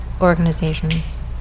organizations